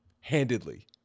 Handedly